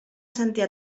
sentir